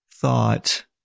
thought